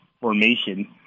formation